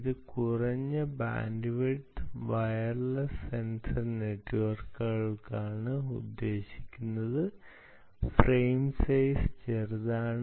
ഇത് കുറഞ്ഞ bandwidth wireless sensor നെറ്റ്വർക്കുകൾക്കാണ് ഇത് ഉദ്ദേശിക്കുന്നത് ഫ്രെയിം സൈസ് ചെറുതാണ്